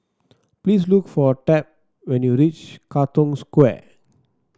please look for Tab when you reach Katong Square